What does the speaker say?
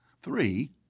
Three